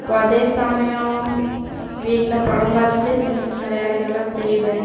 இப்போ அதே சமயம் வீட்டில் படம் பார்த்துட்டு சின்ன சின்ன வேலைகளெலாம் செய்வேன்